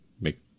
make